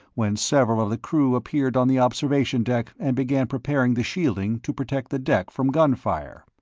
when several of the crew appeared on the observation deck and began preparing the shielding to protect the deck from gunfire.